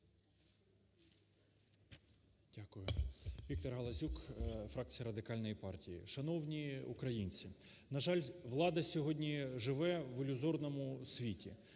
Дякую. Віктор Галасюк, фракція Радикальної партії. Шановні українці, на жаль, влада сьогодні живе в ілюзорному світі.